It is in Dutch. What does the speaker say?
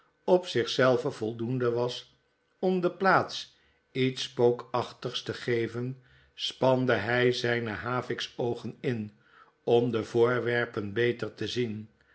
op zich zelve voldoende was om de plaats iets spookachtigs te geven spande hy zyne haviksoogen in om de voorwerpen beter te zien